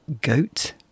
Goat